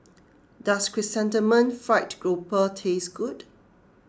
does Chrysanthemum Fried Grouper taste good